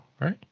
right